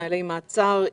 נהלי מעצר,